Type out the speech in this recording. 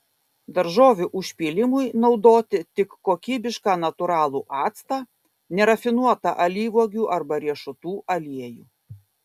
daržovių užpylimui naudoti tik kokybišką natūralų actą nerafinuotą alyvuogių arba riešutų aliejų